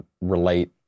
relate